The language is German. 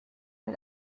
mit